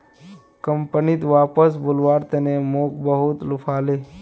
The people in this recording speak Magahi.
कंपनीत वापस बुलव्वार तने मोक बहुत लुभाले